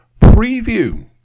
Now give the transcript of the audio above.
preview